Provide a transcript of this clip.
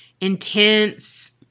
intense